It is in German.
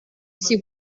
sie